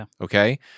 okay